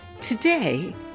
Today